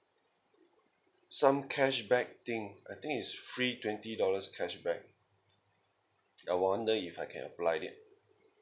some cashback thing I think it's free twenty dollars cashback I wonder if I can apply it